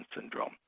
syndrome